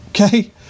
Okay